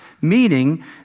Meaning